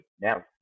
now